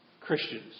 Christians